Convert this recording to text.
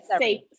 safe